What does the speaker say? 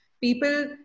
people